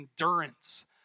endurance